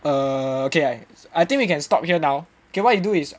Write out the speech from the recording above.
err okay I think we can stop here now okay what you do is